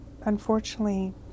unfortunately